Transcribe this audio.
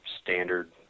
standard